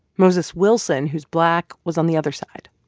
moses wilson, who's black, was on the other side.